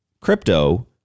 crypto